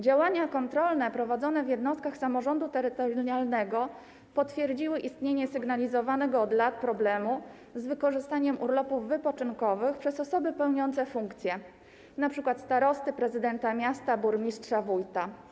Działania kontrolne prowadzone w jednostkach samorządu terytorialnego potwierdziły istnienie sygnalizowanego od lat problemu z wykorzystaniem urlopów wypoczynkowych przez osoby pełniące funkcje, np. starosty, prezydenta miasta, burmistrza, wójta.